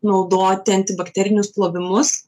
naudoti antibakterinius plovimus